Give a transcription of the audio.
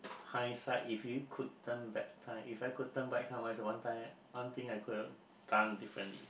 high side if you could turn back time if I could turn back time what is the one time one thing I could done differently